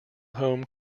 home